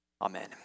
Amen